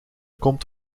komt